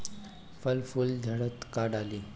फल फूल झड़ता का डाली?